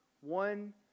One